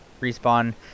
Respawn